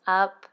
up